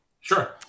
sure